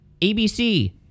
ABC